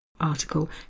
article